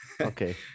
Okay